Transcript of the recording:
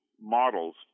models